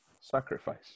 Sacrifice